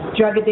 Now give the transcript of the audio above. Drug